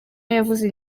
yavuze